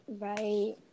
Right